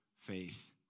faith